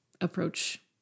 approach